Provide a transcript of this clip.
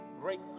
great